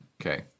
Okay